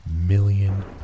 million